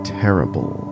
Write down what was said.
terrible